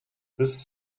this